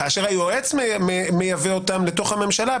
כאשר היועץ מייבא אותם לממשלה,